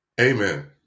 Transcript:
Amen